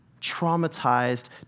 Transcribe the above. traumatized